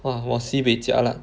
!wah! 我 sibei jialat